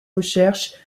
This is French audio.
recherches